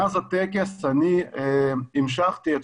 מאז הטקס אני המשכתי את